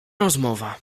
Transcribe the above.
rozmowa